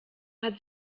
hat